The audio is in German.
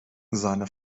seine